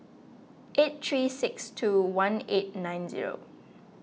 eight three six two one eight nine zero